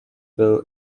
will